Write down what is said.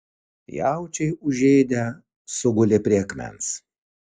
jaučiai užėdę sugulė prie akmens